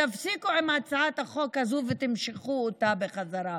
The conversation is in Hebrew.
תפסיקו עם הצעת החוק הזו ותמשכו אותה בחזרה.